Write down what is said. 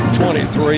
23